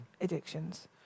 addictions